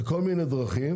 בכל מיני דרכים.